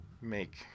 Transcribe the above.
make